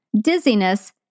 dizziness